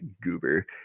goober